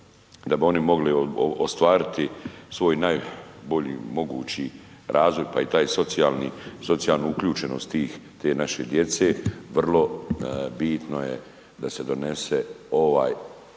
da bi oni mogli ostvariti svoj najbolji mogući razvoj pa i taj socijalni, socijalnu uključenost tih te naše djece, vrlo bitno je da se donese ovaj